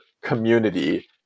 community